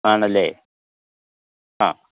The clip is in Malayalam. ആണല്ലേ ആ